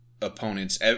opponents